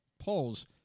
polls